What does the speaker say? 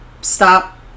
stop